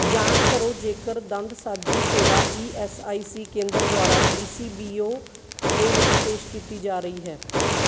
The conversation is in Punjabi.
ਜਾਂਚ ਕਰੋ ਜੇਕਰ ਦੰਦ ਸਾਜੀ ਸੇਵਾ ਈ ਐੱਸ ਆਈ ਸੀ ਕੇਂਦਰ ਦੁਆਰਾ ਡੀ ਸੀ ਬੀ ਓ ਦੇ ਵਿੱਚ ਪੇਸ਼ ਕੀਤੀ ਜਾ ਰਹੀ ਹੈ